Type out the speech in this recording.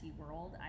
world